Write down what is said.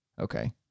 Okay